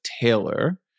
Taylor